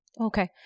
Okay